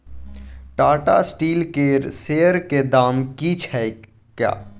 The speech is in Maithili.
टाटा स्टील केर शेयरक दाम की छै?